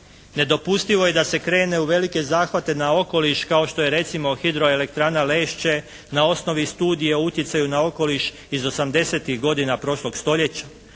Nedopustivo je da se krene u velike zahvate na okoliš kao što je recimo hidro elektrana Lešće na osnovi studije o utjecaju na okoliš iz osamdesetih godina prošlog stoljeća